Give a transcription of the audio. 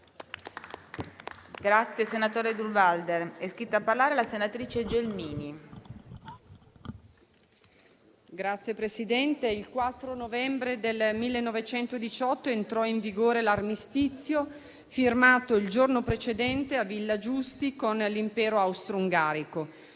il 4 novembre 1918 entrò in vigore l'armistizio firmato il giorno precedente a Villa Giusti con l'Impero austro-ungarico.